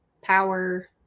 power